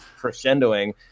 crescendoing